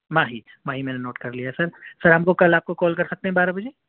ماہی ماہی میں نے نوٹ کر لیا ہے سر سر ہم لوگ کل آپ کو کال کر سکتے ہیں بارہ بجے